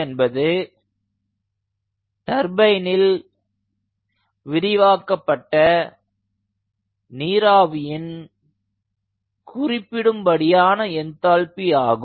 என்பது டர்பைனில் விரிவாக்கப்பட்ட நீராவியின் குறிப்பிடும்படியான என்தால்பி ஆகும்